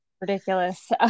ridiculous